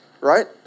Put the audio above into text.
right